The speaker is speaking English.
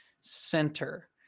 center